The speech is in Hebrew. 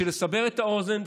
בשביל לסבר את האוזן,